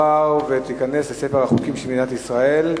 ותיכנס לספר החוקים של מדינת ישראל.